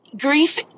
grief